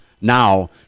Now